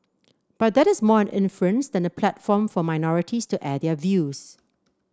but that is more an inference than a platform for minorities to air their views